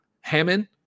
Hammond